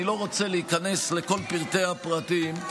אני לא רוצה להיכנס לכל פרטי הפרטים.